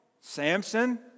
Samson